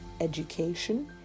education